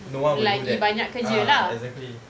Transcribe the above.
no one would do that ah exactly